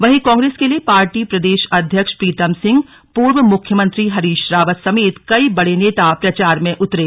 वहीं कांग्रेस के लिए पार्टी प्रदेश अध्यक्ष प्रीतम सिंह पूर्व मुख्यमंत्री हरीश रावत समेत कई बड़े नेता प्रचार में उतरे